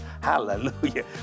Hallelujah